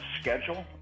schedule